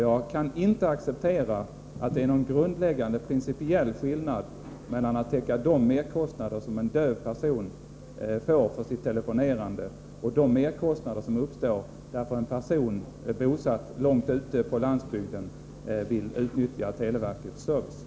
Jag kan inte acceptera att det skulle vara någon grundläggande, principiell skillnad mellan att täcka de merkostnader som en döv person har för sitt telefonerande och att täcka de merkostnader som uppstår för att en person som är bosatt långt ute på landsbygden vill utnyttja televerkets service.